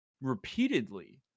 Repeatedly